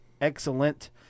excellent